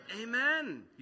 Amen